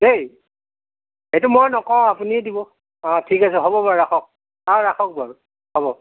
দেই সেইটো মই নকওঁ আপুনি দিব অঁ ঠিক আছে হ'ব বাৰু ৰাখক অঁ ৰাখক বাৰু হ'ব